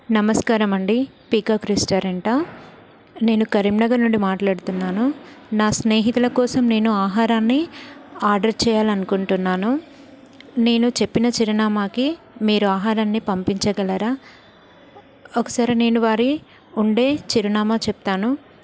నమస్కారం అండి peacock restaurant నేను కరీంనగర్ నుండి మాట్లాడుతున్నాను నా స్నేహితుల కోసం నేను ఆహారాన్ని ఆర్డర్ చేయాలి అనుకుంటున్నాను నేను చెప్పిన చిరునామాకి మీరు ఆహారాన్ని పంపించగలరా ఒకసారి నేను వారు ఉండే చిరునామా చెప్తాను